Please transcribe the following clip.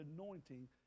anointing